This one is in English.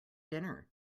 dinner